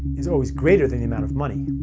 is always greater than the amount of money.